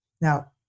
Now